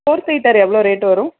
four seater எவ்வளோ rate வரும்